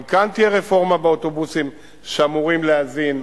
גם כאן תהיה רפורמה באוטובוסים, שאמורים להזין.